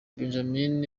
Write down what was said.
benjamin